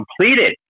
completed